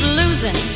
losing